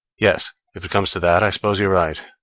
yes, if it comes to that, i suppose you're right.